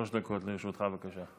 שלוש דקות לרשותך, בבקשה.